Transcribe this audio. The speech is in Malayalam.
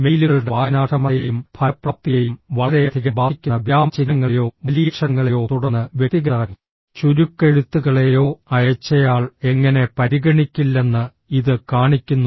മെയിലുകളുടെ വായനാക്ഷമതയെയും ഫലപ്രാപ്തിയെയും വളരെയധികം ബാധിക്കുന്ന വിരാമചിഹ്നങ്ങളെയോ വലിയക്ഷരങ്ങളെയോ തുടർന്ന് വ്യക്തിഗത ചുരുക്കെഴുത്തുകളെയോ അയച്ചയാൾ എങ്ങനെ പരിഗണിക്കില്ലെന്ന് ഇത് കാണിക്കുന്നു